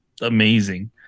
amazing